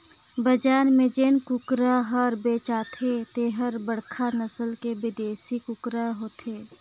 बजार में जेन कुकरा हर बेचाथे तेहर बड़खा नसल के बिदेसी कुकरा होथे